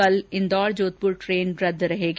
कल इंदौर जोधपुर ट्रेन रदद रहेगी